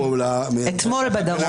אתמול בדרום.